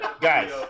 Guys